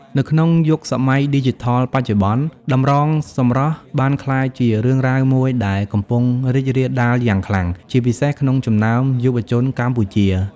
នៅក្នុងយុគសម័យឌីជីថលបច្ចុប្បន្ន តម្រងសម្រស់បានក្លាយជារឿងរ៉ាវមួយដែលកំពុងរីករាលដាលយ៉ាងខ្លាំង ជាពិសេសក្នុងចំណោមយុវជនកម្ពុជា។